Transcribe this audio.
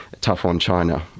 tough-on-China